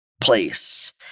place